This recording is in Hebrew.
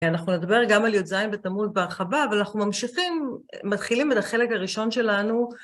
אנחנו נדבר גם על י"ז בתמוז בהרחבה, אבל אנחנו ממשיכים... מתחילים את החלק הראשון שלנו.